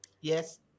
Yes